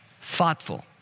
thoughtful